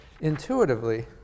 intuitively